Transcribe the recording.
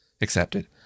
accepted